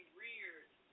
reared